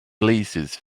glasses